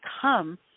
come